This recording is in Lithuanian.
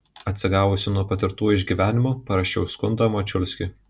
atsigavusi nuo patirtų išgyvenimų parašiau skundą mačiulskiui